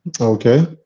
Okay